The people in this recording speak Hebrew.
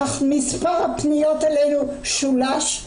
מספר הפניות אלינו שולש,